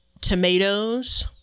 tomatoes